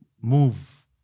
move